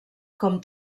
com